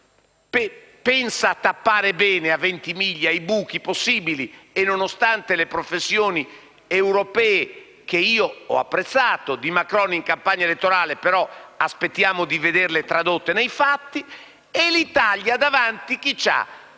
pensa a tappare bene a Ventimiglia i buchi possibili, nonostante le professioni europee - che ho apprezzato - di Macron in campagna elettorale, che aspettiamo di vederle tradotte nei fatti. E l'Italia davanti chi ha?